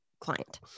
client